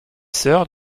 sœur